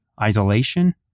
isolation